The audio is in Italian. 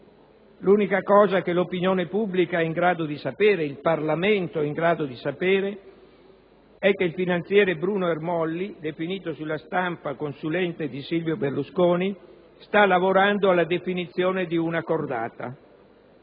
L'unica cosa che l'opinione pubblica e il Parlamento sono in grado di sapere è che il finanziere Bruno Ermolli, definito sulla stampa consulente di Silvio Berlusconi, sta lavorando alla definizione di una cordata.